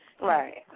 Right